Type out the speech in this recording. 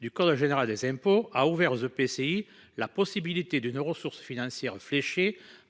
du code général des impôts, a ouvert aux EPCI la possibilité de disposer d'une ressource financière fléchée,